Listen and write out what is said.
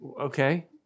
Okay